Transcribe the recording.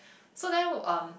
so then um